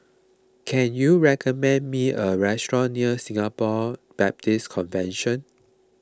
can you recommend me a restaurant near Singapore Baptist Convention